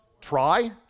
Try